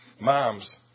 mom's